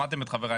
שמעתם את חבריי,